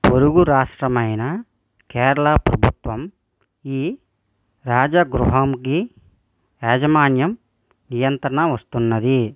పొరుగు రాష్ట్రమైన కేరళ ప్రభుత్వం ఈ రాజగృహముకి యాజమాన్యం నియంత్రణ వస్తున్నది